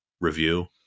review